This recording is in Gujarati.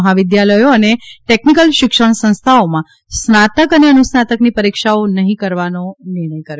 મહાવિદ્યાલથો અને ટેકનિકલ શિક્ષણ સંસ્થાઓમાં સ્નાતક અને અનુસ્નાતકની પરીક્ષાઓ નહી કરવાનો નિર્ણય કર્યો છે